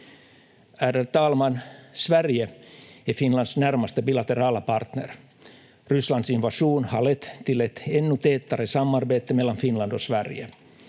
Ärade talman! Sverige är Finlands närmaste bilaterala partner. Rysslands invasion har lett till ett ännu tätare samarbete mellan Finland och Sverige.